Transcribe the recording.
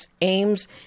aims